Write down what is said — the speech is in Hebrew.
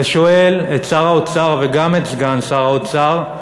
ושואל את שר האוצר וגם את סגן שר האוצר,